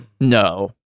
No